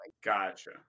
Gotcha